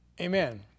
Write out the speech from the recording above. Amen